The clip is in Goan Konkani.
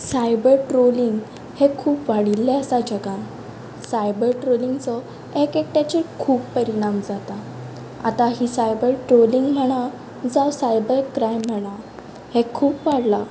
सायबर ट्रोलींग हें खूब वाडिल्लें आसा जगान सायबर ट्रोलींगाचो एकएकट्याचेर खूब परिणाम जाता आतां ही सायबर ट्रोलींग म्हणा जावं सायबर क्रायम म्हणा हें खूब वाडलां